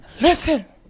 Listen